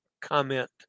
comment